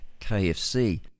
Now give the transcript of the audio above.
KFC